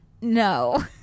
no